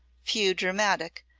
few dramatic,